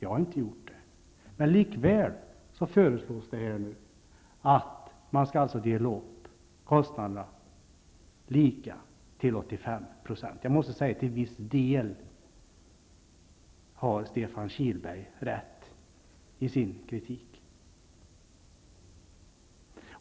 Jag har inte gjort det, men likafullt förutsätts det här att man skall dela upp kostnaderna lika till 85 %. Jag måste säga att till viss del har Stefan Kihlberg rätt i sin kritik.